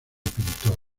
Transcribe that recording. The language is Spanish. pintor